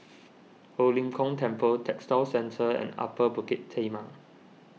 Ho Lim Kong Temple Textile Centre and Upper Bukit Timah